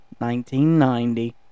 1990